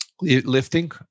lifting